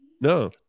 no